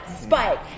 Spike